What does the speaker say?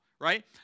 right